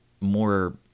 more